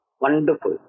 wonderful